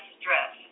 stress